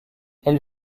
elle